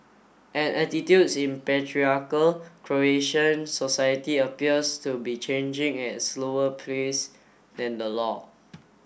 and attitudes in patriarchal Croatian society appears to be changing at slower pace than the law